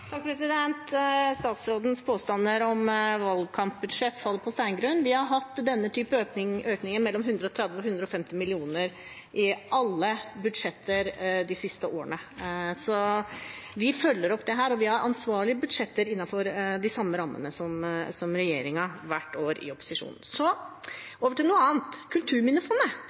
Statsrådens påstander om valgkampbudsjett faller på steingrunn – vi har hatt denne typen økninger på mellom 130 mill. kr og 150 mill. kr i alle budsjetter de siste årene. Så vi følger opp dette, og vi i opposisjonen har hvert år ansvarlige budsjetter innenfor de samme rammene som regjeringen. Så over til noe annet: